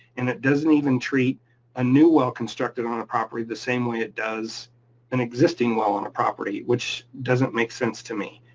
and it doesn't even treat a new well constructed on a property, the same way it does an existing well on a property which doesn't make sense to me.